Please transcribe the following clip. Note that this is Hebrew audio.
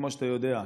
כמו שאתה יודע.